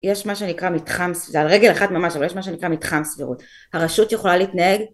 יש מה שנקרא מתחם ס... זה על רגל אחת ממש אבל יש מה שנקרא מתחם סבירות הרשות יכולה להתנהג